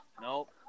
Nope